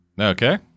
Okay